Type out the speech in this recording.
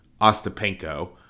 Ostapenko